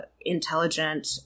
intelligent